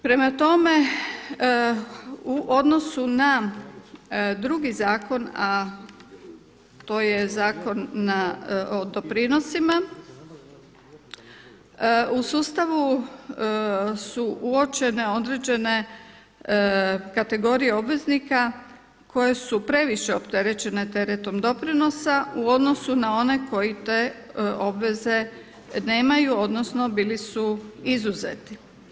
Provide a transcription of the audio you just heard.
Prema tome u odnosu na drugi zakon a to je Zakon na doprinosima, u sustavu su uočene određene kategorije obveznika koje su previše opterećene teretom doprinosa u odnosu na one koji te obveze nemaju odnosno bili su izuzeti.